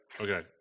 okay